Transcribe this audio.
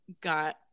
got